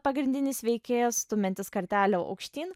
pagrindinis veikėjas stumiantis kartelę aukštyn